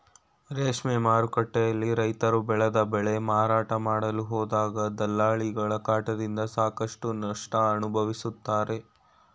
ರೇಷ್ಮೆ ಮಾರುಕಟ್ಟೆಯಲ್ಲಿ ರೈತ್ರು ಬೆಳೆದ ಬೆಳೆ ಮಾರಾಟ ಮಾಡಲು ಹೋದಾಗ ದಲ್ಲಾಳಿಗಳ ಕಾಟದಿಂದ ಸಾಕಷ್ಟು ನಷ್ಟ ಅನುಭವಿಸುತ್ತಾರೆ